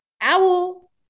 Owl